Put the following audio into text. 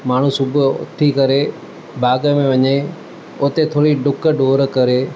माण्हू सुबुह जो उथी करे बाग़ में वञे उते थोरी डुक डोड़ करे